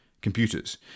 Computers